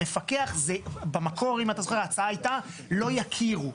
המפקח זה, במקור, ההצעה הייתה, לא יכירו.